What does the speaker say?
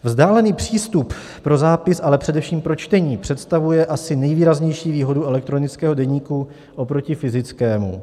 Vzdálený přístup pro zápis, ale především pro čtení představuje asi nejvýraznější výhodu elektronického deníku oproti fyzickému.